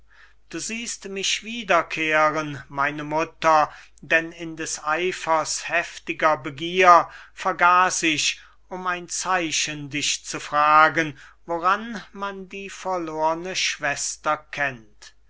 du siehst mich wiederkehren meine mutter denn in des eifers heftiger begier vergaß ich um ein zeichen dich zu fragen woran man die verlorne schwester kennt